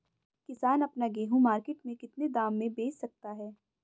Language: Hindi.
किसान अपना गेहूँ मार्केट में कितने दाम में बेच सकता है?